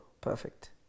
perfect